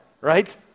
right